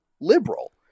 liberal